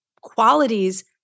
qualities